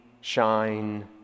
shine